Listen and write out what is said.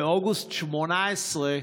באוגוסט 2018,